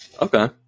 Okay